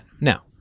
Now